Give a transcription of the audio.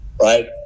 right